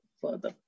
further